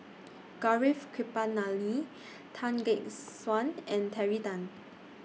Gaurav Kripalani Tan Gek Suan and Terry Tan